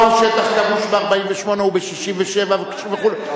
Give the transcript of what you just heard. מהו שטח כבוש ב-48' וב-67' וכו' וכו'.